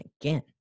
again